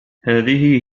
هذه